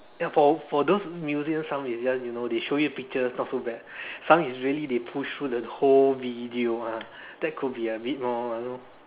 ya for for those museums some museums you know they show you pictures not so bad some is really they push through the whole video ah that could be a bit more you know